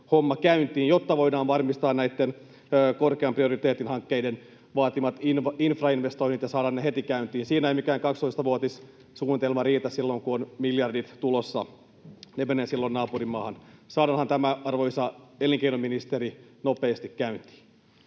jotta voidaan varmistaa näiden korkean prioriteetin hankkeiden vaatimat infrainvestoinnit ja saada ne heti käyntiin. Siinä ei mikään 12-vuotissuunnitelma riitä silloin, kun on miljardit tulossa. Ne menevät silloin naapurimaahan. Saadaanhan tämä, arvoisa elinkeinoministeri, nopeasti käyntiin?